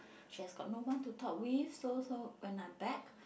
she has got no one to talk with so so when I'm back